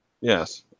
Yes